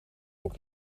ook